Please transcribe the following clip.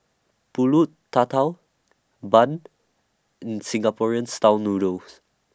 Pulut Tatal Bun and Singaporean Style Noodles